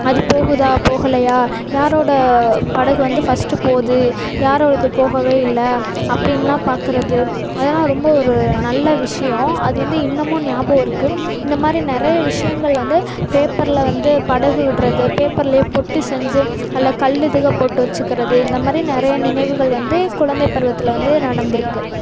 அது போகுதா போகலையா யாரோடய படகு வந்து ஃபஸ்ட்டு போகுது யாரோடது போகவே இல்லை அப்படின்லாம் பார்க்கறது அதெல்லாம் ரொம்ப ஒரு நல்ல விஷயோம் அது வந்து இன்னமும் ஞாபகம் இருக்குது இந்த மாதிரி நிறைய விஷயங்கள் வந்து பேப்பரில் வந்து படகு விடுவது பேப்பர்லையே பெட்டி செஞ்சு அதில் கல் இதுகள் போட்டு வெச்சுக்கறது இந்த மாதிரி நிறைய நினைவுகள் வந்து குழந்தைப் பருவத்தில் வந்து நடந்துருக்குது